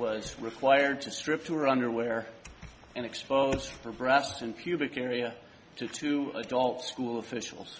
was required to strip to her underwear and expose her breast and pubic area to two adult school officials